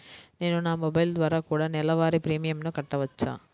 నేను నా మొబైల్ ద్వారా కూడ నెల వారి ప్రీమియంను కట్టావచ్చా?